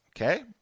Okay